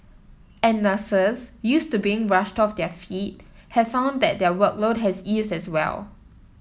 and nurses used to being rushed off their feet have found that their workload has eased as well